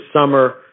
summer